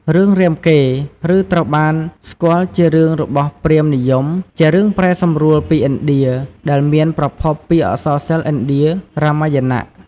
រឿងរាមកេរ្តិ៍ ឬត្រូវបានស្គាល់ជារឿងរបស់ ព្រាហ្មណ៍និយម ជារឿងប្រែសម្រួលពីឥណ្ឌា ដែលមានប្រភពពីអក្សរសិល្ប៍ឥណ្ឌា "រាមាយណៈ"។